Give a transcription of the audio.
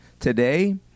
today